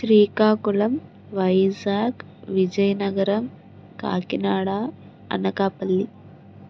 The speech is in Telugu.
శ్రీకాకుళం వైజాగ్ విజయనగరం కాకినాడ అనకాపల్లి